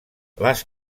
les